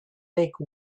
make